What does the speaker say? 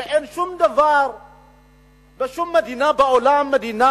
שאין בשום מדינה בעולם, מדינה